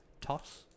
toss